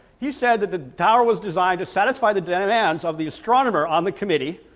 he said that the tower was designed to satisfy the demands of the astronomers on the committee,